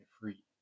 free